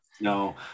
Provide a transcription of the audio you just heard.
No